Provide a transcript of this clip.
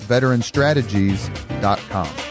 VeteranStrategies.com